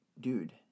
dude